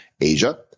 Asia